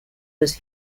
was